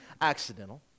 accidental